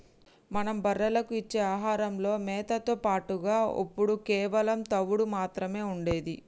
మనం బర్రెలకు ఇచ్చే ఆహారంలో మేతతో పాటుగా ఒప్పుడు కేవలం తవుడు మాత్రమే ఉండేది